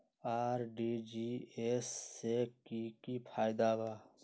RTGS से की की फायदा बा?